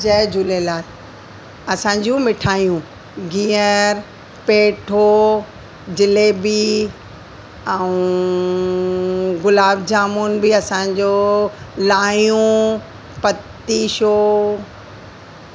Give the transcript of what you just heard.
जय झूलेलाल असांजी मिठायूं घिहर पेठो जलेबी ऐं गुलाब जामुन बि असांजो लायूं पतीशो